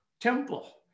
temple